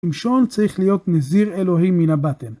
שמשון צריך להיות נזיר אלוהים מן הבטן.